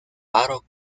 paro